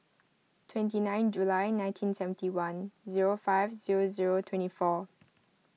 twenty nine July nineteen seventy one zero five zero zero twenty four